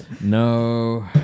no